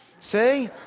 See